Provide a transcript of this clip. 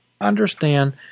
understand